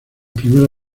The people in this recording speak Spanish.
primera